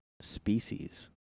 species